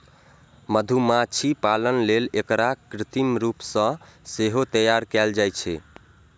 मधुमाछी पालन लेल एकरा कृत्रिम रूप सं सेहो तैयार कैल जाइ छै